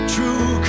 True